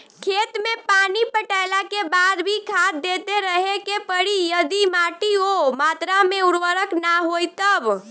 खेत मे पानी पटैला के बाद भी खाद देते रहे के पड़ी यदि माटी ओ मात्रा मे उर्वरक ना होई तब?